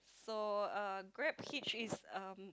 so uh GrabHitch is um